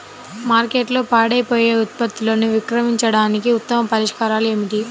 మార్కెట్లో పాడైపోయే ఉత్పత్తులను విక్రయించడానికి ఉత్తమ పరిష్కారాలు ఏమిటి?